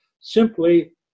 simply